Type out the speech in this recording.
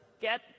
get